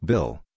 Bill